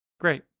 Great